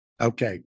Okay